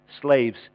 slaves